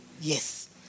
Yes